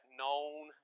known